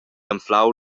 anflau